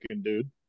dude